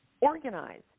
organize